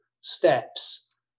steps